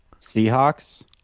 Seahawks